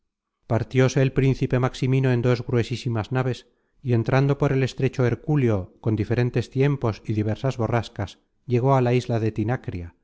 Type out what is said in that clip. buscaba partióse el príncipe maximino en dos gruesísimas naves y entrando por el estrecho herculeo con diferentes tiempos y diversas borrascas llegó á la isla de tinacria